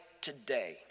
today